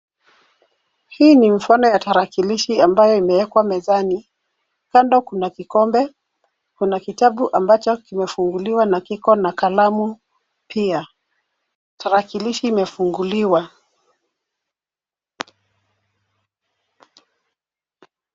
Hii ni mfano ya tarakilishi ambayo imewekwa mezani, kando kuna vikombe, kuna kitabu ambacho kimefunguliwa na kiko na kalamu pia . Tarakilishi imefunguliwa.